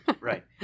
Right